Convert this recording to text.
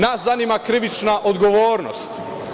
Nas zanima krivična odgovornost.